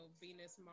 venus